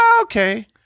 okay